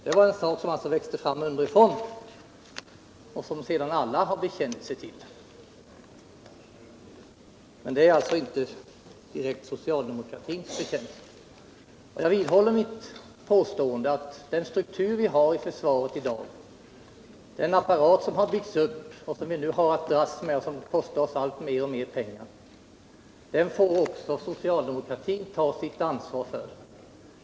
Intresset växte alltså fram underifrån, och sedan har alla bekänt sig till detta, men det är alltså inte direkt socialdemokratins förtjänst. Jag vidhåller alltså mitt påstående att den struktur vi har i försvaret i dag, den apparat som byggts upp och som vi nu har att dras med och som kostar alltmer pengar, den får också socialdemokratin ta sitt ansvar för.